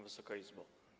Wysoka Izbo!